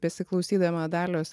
besiklausydama dalios